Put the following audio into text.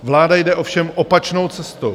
Vláda jde ovšem opačnou cestou.